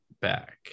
back